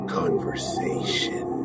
conversation